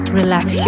relax